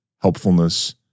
helpfulness